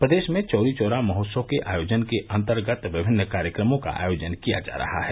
प्रदेश में चौरी चौरा महोत्सव के आयोजन के अन्तर्गत विभिन्न कार्यक्रमों का आयोजन किया जा रहा है